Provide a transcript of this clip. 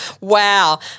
Wow